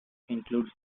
includes